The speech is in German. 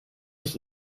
ich